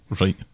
Right